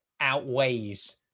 outweighs